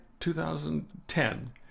2010